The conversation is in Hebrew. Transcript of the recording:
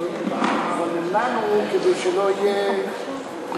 אבל הם לנו כדי שלא תהיה פריצה.